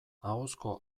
ahozko